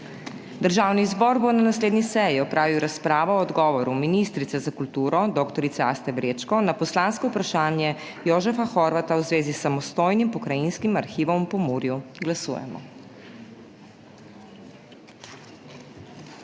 Državni zbor bo na naslednji seji opravil razpravo o odgovoru ministrice za kulturo dr. Aste Vrečko na poslansko vprašanje Jožefa Horvata v zvezi s samostojnim pokrajinskim arhivom v Pomurju. Glasujemo.